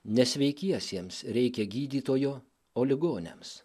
ne sveikiesiems reikia gydytojo o ligoniams